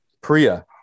Priya